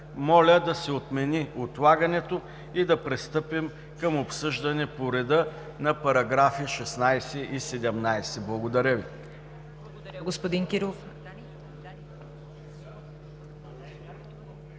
Моля да се отмени отлагането и да пристъпим към обсъждане по реда на параграфи 16 и 17. Благодаря Ви.